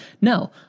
No